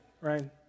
right